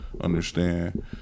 understand